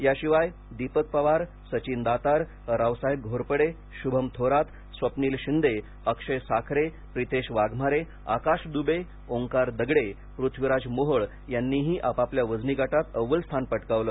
याशिवाय दीपक पवार सचिन दातार रावसाहेब घोरपडे शुभम थोरात स्वप्नील शिंदे अक्षय साखरे प्रितेश वाघमारे आकाश दु्बे ओंकार दगडे पृथ्वीराज मोहोळ यांनीही आपापल्या वजनी गटात अव्वल स्थान पटकावलं